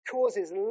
causes